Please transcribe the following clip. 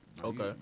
Okay